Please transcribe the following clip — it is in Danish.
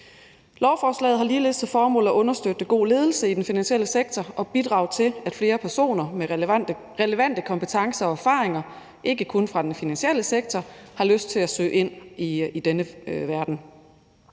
Lovforslaget har ligeledes til formål at understøtte god ledelse i den finansielle sektor og bidrage til, at flere personer med relevante kompetencer og erfaringer – ikke kun fra den finansielle sektor – har lyst til at søge ind i denne verden.